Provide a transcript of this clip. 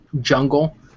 Jungle